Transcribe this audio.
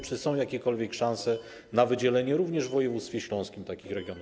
Czy są jakiekolwiek szanse na wydzielenie również w województwie śląskim takich regionów?